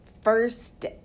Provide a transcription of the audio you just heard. First